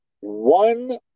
one